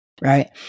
Right